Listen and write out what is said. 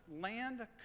land